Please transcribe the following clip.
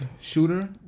shooter